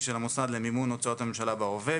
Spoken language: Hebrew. של המוסד לביטוח לאומי למימון הוצאות הממשלה בהווה,